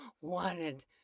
wanted